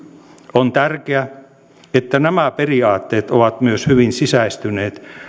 on tärkeää että nämä periaatteet ovat myös hyvin sisäistyneet